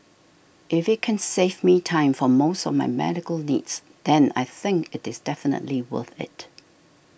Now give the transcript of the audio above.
if it can save me time for most of my medical needs then I think it is definitely worth it